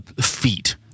feat